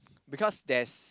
because there's